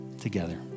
together